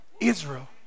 Israel